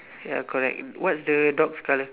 ya correct what's the dogs colour